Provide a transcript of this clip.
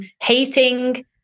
hating